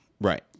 Right